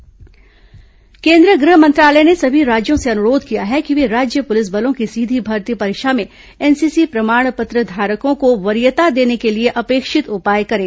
गृह मंत्रालय एनसीसी केन्द्रीय गृह मंत्रालय ने सभी राज्यों से अनुरोध किया है कि वे राज्य पुलिस बलों की सीधी भर्ती परीक्षा में एनसीसी प्रमाणपत्र धारकों को वरीयता देने के लिए अपेक्षित उपाय करें